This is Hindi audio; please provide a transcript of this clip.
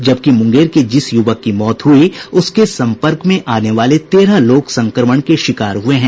जबकि मुंगेर के जिस युवक की मौत हुयी उसके संपर्क में आने वाले तेरह लोग संक्रमण के शिकार हये हैं